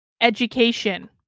education